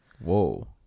Whoa